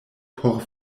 por